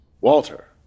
Walter